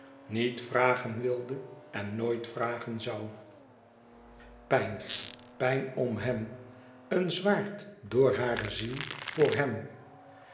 niet vragen wilde en nooit vragen zoû pijn pijn om hem een zwaard door hare ziel voor hem